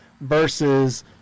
versus